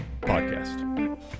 Podcast